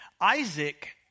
Isaac